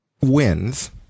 wins